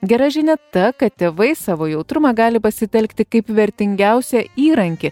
gera žinia ta kad tėvai savo jautrumą gali pasitelkti kaip vertingiausią įrankį